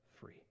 free